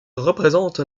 représente